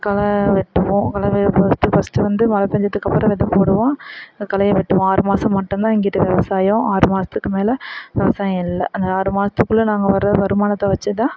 களை வெட்டுவோம் களை வே ஃபஸ்ட்டு ஃபஸ்ட்டு வந்து மழை பெஞ்சத்துக்கு அப்புறம் வந்து வெதை போடுவோம் களையை வெட்டுவோம் ஆறு மாதம் மட்டுந்தான் இங்கிட்டு விவசாயம் ஆறு மாதத்துக்கு மேலே விவசாயம் இல்லை அந்த ஆறு மாதத்துக்குள்ள நாங்கள் வர வருமானத்தை வச்சு தான்